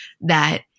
that-